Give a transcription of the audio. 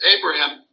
Abraham